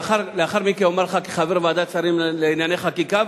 ולאחר מכן אומר לך כחבר ועדת שרים לענייני חקיקה,